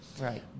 Right